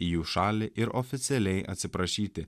į jų šalį ir oficialiai atsiprašyti